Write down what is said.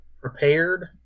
Prepared